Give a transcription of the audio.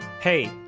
Hey